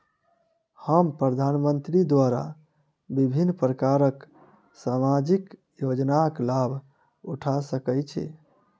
हम प्रधानमंत्री द्वारा विभिन्न प्रकारक सामाजिक योजनाक लाभ उठा सकै छी?